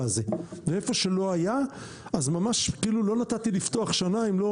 הזה ואיפה שלא היה אז ממש כאילו לא נתתי לפתוח שנה אם לא